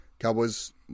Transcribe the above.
Cowboys